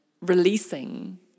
releasing